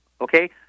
okay